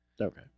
Okay